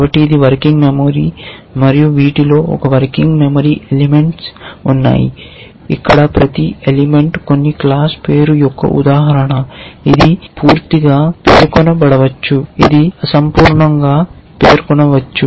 కాబట్టి ఇది working memory మరియు వీటిలో ఈ వర్కింగ్ మెమరీ ఎలిమెంట్స్ ఉన్నాయి ఇక్కడ ప్రతి ఎలిమెంట్ కొన్ని క్లాస్ పేరు యొక్క ఉదాహరణ ఇది పూర్తిగా పేర్కొనబడపోవచ్చు ఇది అసంపూర్ణంగా పేర్కొనవచ్చు